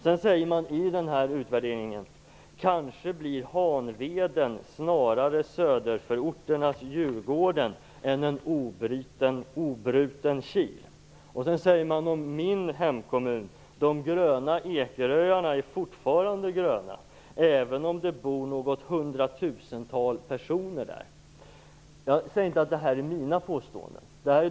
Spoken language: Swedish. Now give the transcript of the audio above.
Sedan säger man i utvärderingen: "- kanske blir Hanveden snarare söderförorternas Djurgården än en obruten kil". Om min hemkommun säger man: - de gröna Ekeröarna är fortfarande gröna även om det bor något hundratusental personer där". Jag säger inte att detta är mina påståenden.